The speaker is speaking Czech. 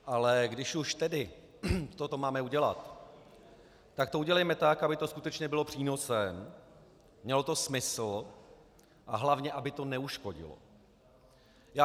Ale když už tedy toto máme udělat, tak to udělejme tak, aby to skutečně bylo přínosem, mělo to smysl a hlavně aby to neuškodilo.